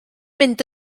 mynd